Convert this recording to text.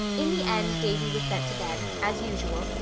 in the end davy was sent to bed, as usual,